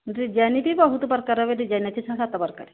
design ବି ବହୁତ ପ୍ରକାର ଏବେ ଡିଜାଇନ୍ ଅଛି ଛଅ ସାତ ପ୍ରକାର